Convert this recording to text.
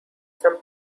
some